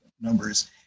numbers